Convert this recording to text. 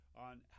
on